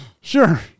Sure